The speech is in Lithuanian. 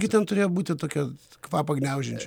gi ten turėjo būti tokio kvapą gniaužiančio